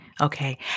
Okay